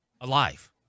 alive